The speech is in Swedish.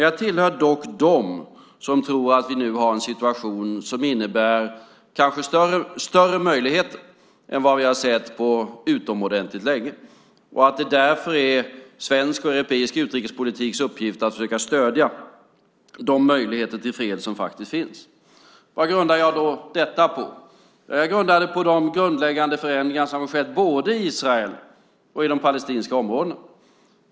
Jag tillhör dock dem som tror att vi nu har en situation som kanske innebär större möjligheter än vi sett på utomordentligt länge. Det är därför svensk och europeisk utrikespolitiks uppgift att försöka stödja de möjligheter till fred som faktiskt finns. Vad grundar jag då detta på? Jag grundar det på de grundläggande förändringar som har skett både i Israel och i de palestinska områdena.